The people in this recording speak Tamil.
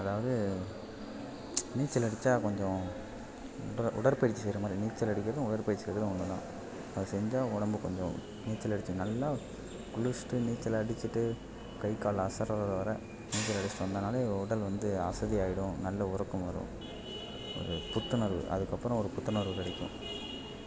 அதாவது நீச்சல் அடிச்சால் கொஞ்சம் உடற் உடற்பயிற்சி செய்யறமாதிரி நீச்சல் அடிக்கிறதும் உடற்பயிற்சி செய்யறதும் ஒன்றுதான் அதை செஞ்சால் உடம்பு கொஞ்சம் நீச்சல் அடிச்ச நல்லா குளிச்சிவிட்டு நீச்சல் அடிச்சிகிட்டு கை கால் அசர்ற வர நீச்சல் அடிச்சிகிட்டு வந்தானாலே உடல் வந்து அசதியாயிடும் நல்ல உறக்கம் வரும் ஒரு புத்துணர்வு அதுக்கப்பறம் ஒரு புத்துணர்வு கிடைக்கும்